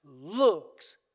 looks